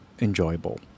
enjoyable